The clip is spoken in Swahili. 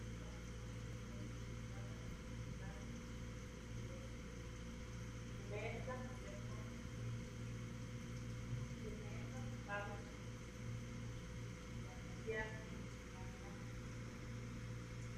Gari moja ambaye imesimama nani ya rangi nyeusi, limeezwa kuweka ndizi juu , zimeweza kupangwa vizuri sana na pia kuna maganda yake.